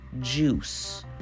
juice